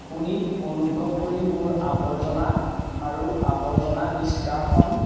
আপুনি অনুগ্ৰহ কৰি মোৰ আৱৰ্জনা আৰু আৱৰ্জনা নিষ্কাশন